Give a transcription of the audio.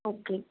okay